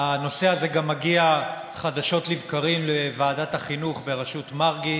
הנושא הזה גם מגיע חדשות לבקרים לוועדת החינוך בראשות מרגי.